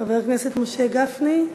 חבר הכנסת משה גפני,